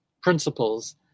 principles